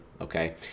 okay